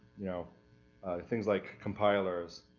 you know things like compilers,